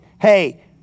Hey